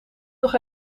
nog